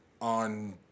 on